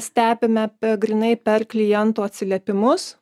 stebime pe grynai per klientų atsiliepimus